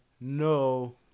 no